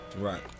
Right